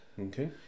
Okay